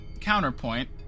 Counterpoint